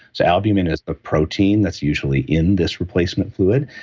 so, albumin is a protein that's usually in this replacement fluid,